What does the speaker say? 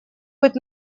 быть